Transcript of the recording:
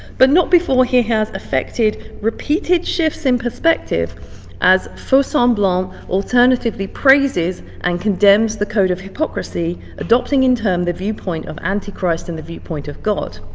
but not before he has effected repeated shifts in perspective as faus-samblant alternatively praises and condemns the code of hypocrisy, adopting in turn the viewpoint of antichrist and the viewpoint of god.